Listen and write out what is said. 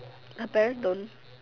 her parents don't